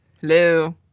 Hello